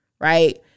Right